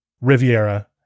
Riviera